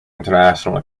international